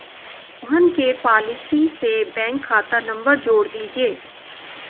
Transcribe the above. मोहन के पॉलिसी से बैंक खाता नंबर जोड़ दीजिए